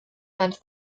and